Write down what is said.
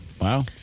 Wow